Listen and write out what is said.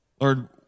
lord